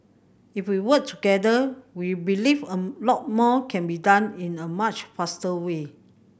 if we work together we believe a lot more can be done in a much faster way